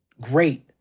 great